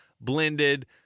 blended